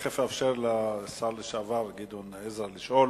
תיכף אני אאפשר לשר לשעבר גדעון עזרא לשאול.